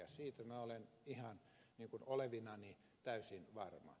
siitä minä olen ihan olevinani täysin varma